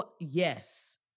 Yes